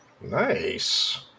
Nice